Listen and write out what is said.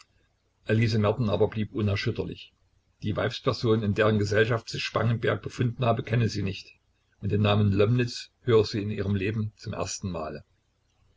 elise merten aber blieb unerschütterlich die weibsperson in deren gesellschaft sich spangenberg befunden habe kenne sie nicht und den namen lomnitz höre sie in ihrem leben zum ersten male